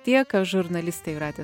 tiek aš žurnalistė jūratė